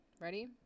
Ready